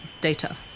data